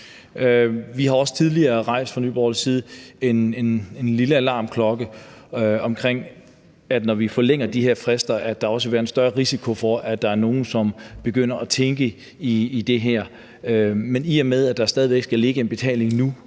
vi også tidligere hejst et lille advarselsflag , i forhold til at der, når vi forlænger de her frister, også vil være en større risiko for, at der er nogle, som begynder at tænke i det her. Men i og med at der stadig væk skal ligge en betaling nu,